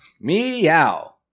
Meow